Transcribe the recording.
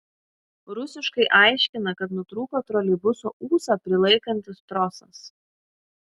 rusiškai aiškina kad nutrūko troleibuso ūsą prilaikantis trosas